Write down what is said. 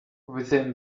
within